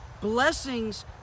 Blessings